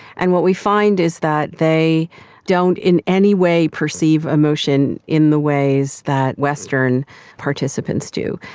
and what we find is that they don't in any way perceive emotion in the ways that western participants do.